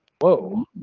Whoa